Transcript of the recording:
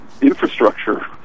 infrastructure